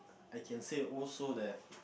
I can say also that